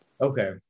okay